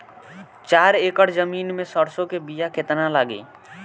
चार एकड़ जमीन में सरसों के बीया कितना लागी?